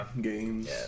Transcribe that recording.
Games